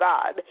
God